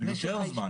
יותר זמן.